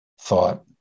thought